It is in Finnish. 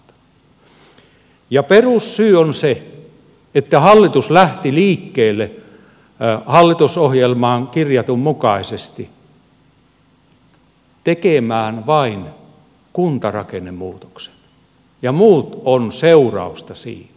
perussyy on se että hallitus lähti liikkeelle hallitusohjelmaan kirjatun mukaisesti tekemään vain kuntarakennemuutoksen ja muut ovat seurausta siitä